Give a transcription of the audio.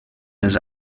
els